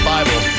Bible